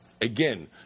again